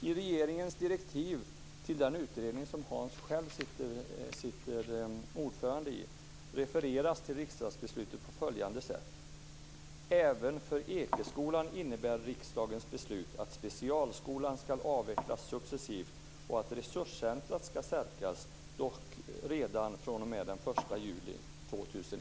I regeringens direktiv till den utredning som Hans själv sitter som ordförande för refereras till riksdagsbeslutet på följande sätt: Även för Ekeskolan innebär riksdagens beslut att specialskolan ska avvecklas successivt och att resurscentrumet ska stärkas redan fr.o.m. den